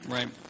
Right